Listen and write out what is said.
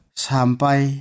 sampai